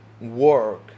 work